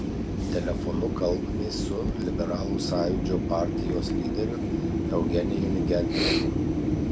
telefonu kalbamės su liberalų sąjūdžio partijos lyderiu eugenijumi gentvilu